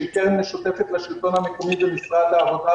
שהיא קרן משותפת לשלטון המקומי ולמשרד העבודה,